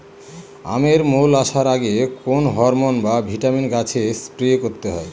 আমের মোল আসার আগে কোন হরমন বা ভিটামিন গাছে স্প্রে করতে হয়?